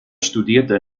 studierte